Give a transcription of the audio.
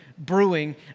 brewing